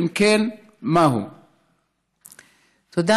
4. אם כן, מהי?